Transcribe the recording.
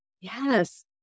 Yes